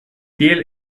tiel